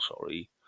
sorry